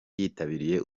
yitabiriye